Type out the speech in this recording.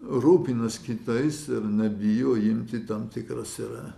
rūpinasi kitais ir nebijo imti tam tikras yra